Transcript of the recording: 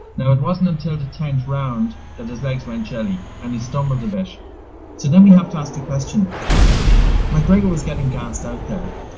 now, it wasn't until the tenth round that his legs went jelly, and he stumbled a bit. so then we have to ask the question mcgregor was getting gassed out there.